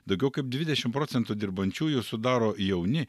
daugiau kaip dvidešimt procentų dirbančiųjų sudaro jauni